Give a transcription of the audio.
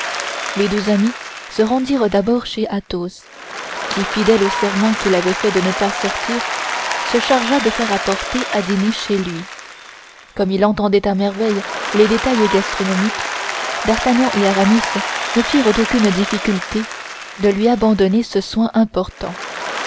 les deux amis se rendirent d'abord chez athos qui fidèle au serment qu'il avait fait de ne pas sortir se chargea de faire apporter à dîner chez lui comme il entendait à merveille les détails gastronomiques d'artagnan et aramis ne firent aucune difficulté de lui abandonner ce soin important